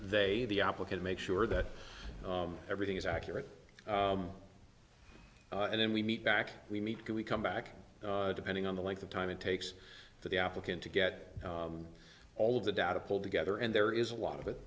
they the applicant make sure that everything is accurate and then we meet back we meet can we come back depending on the length of time it takes for the applicant to get all of the data pulled together and there is a lot of it